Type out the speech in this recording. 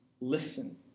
listen